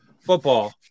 football